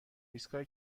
ایستگاه